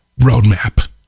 roadmap